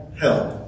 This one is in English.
help